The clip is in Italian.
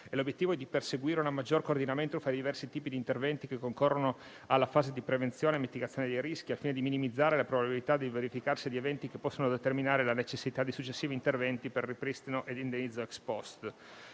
L'obiettivo è di perseguire un maggiore coordinamento tra i diversi tipi di interventi che concorrono alla fase di prevenzione e mitigazione dei rischi, al fine di minimizzare la probabilità del verificarsi di eventi che possano determinare la necessità di successivi interventi per ripristino ad indennizzo *ex post*.